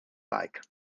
like